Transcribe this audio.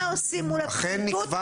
מה עושים מול הפרקליטות?